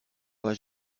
pas